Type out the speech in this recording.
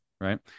Right